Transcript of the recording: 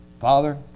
Father